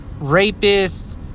Rapists